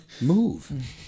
move